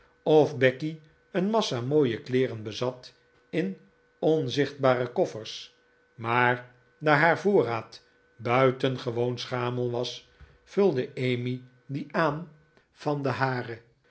of becky een massa mooie kleeren bezat in onzichtbare koffers maar daar haar voorraad buitengewoon schamel was vulde emmy dien aan van den hare